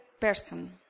person